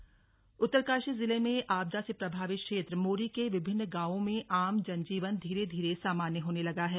आपदा राहत उत्तरकाशी जिले में आपदा से प्रभावित क्षेत्र मोरी के विभिन्न गांवों में आम जन जीवन धीरे धीरे सामान्य होने लगा है